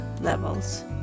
levels